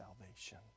salvation